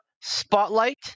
spotlight